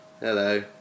Hello